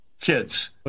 kids